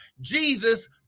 Jesus